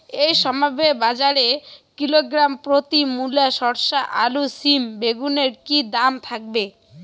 এই সপ্তাহে বাজারে কিলোগ্রাম প্রতি মূলা শসা আলু সিম বেগুনের কী দাম থাকবে?